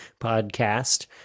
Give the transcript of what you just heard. podcast